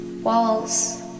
walls